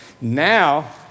Now